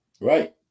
Right